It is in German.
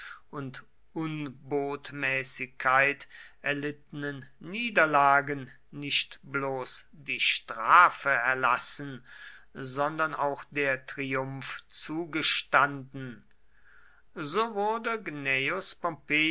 und unbotmäßigkeit erlittenen niederlagen nicht bloß die strafe erlassen sondern auch der triumph zugestanden so wurde